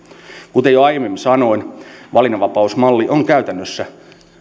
kuten jo aiemmin sanoin valinnanvapausmalli on käytännössä